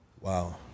Wow